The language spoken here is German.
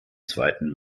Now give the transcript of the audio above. zweiten